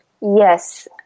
Yes